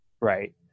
right